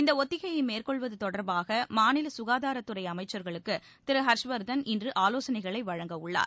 இந்த ஒத்திகையை மேற்கொள்வது தொடர்பாக மாநில சுகாதாரத்துறை அமைச்சர்களுக்கு திரு ஹர்ஷ்வர்தன் இன்று ஆலோசனைகளை வழங்கவள்ளார்